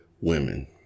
Women